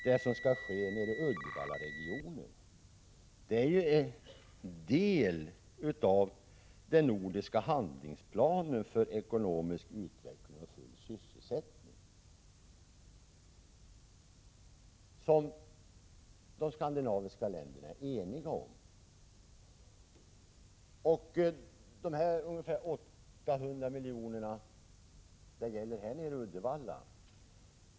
Det som skall ske i Uddevallaregionen är en del av den nordiska handlingsplanen för ekonomisk utveckling och full sysselsättning, som de skandinaviska länderna är eniga om. Det är ungefär 800 miljoner som skall satsas i Uddevalla.